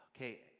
Okay